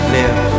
Live